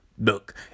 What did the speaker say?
look